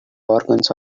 organs